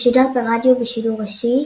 ושודר ברדיו בשידור ישיר,